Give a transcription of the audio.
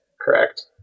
correct